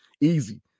easy